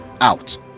out